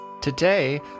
Today